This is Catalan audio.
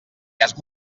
has